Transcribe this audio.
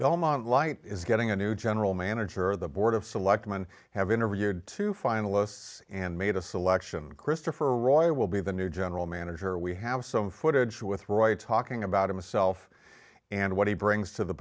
bill mont light is getting a new general manager of the board of selectmen have interviewed two finalists and made a selection christopher roy will be the new general manager we have some footage with roy talking about himself and what he brings to the